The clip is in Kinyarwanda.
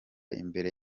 imbere